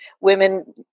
women